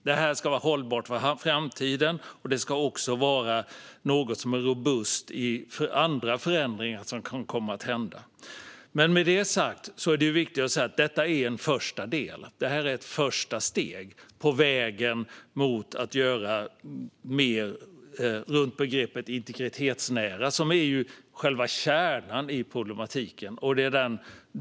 Detta ska vara hållbart för framtiden, och det ska också vara robust för andra förändringar som kan komma att inträffa. Med detta sagt är det viktigt att säga att detta är en första del, ett första steg, på vägen mot att göra mer runt begreppet integritetsnära, som är själva kärnan i problematiken.